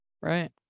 Right